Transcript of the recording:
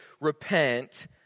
repent